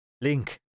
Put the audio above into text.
Link